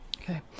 Okay